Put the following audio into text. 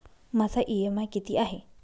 माझा इ.एम.आय किती आहे?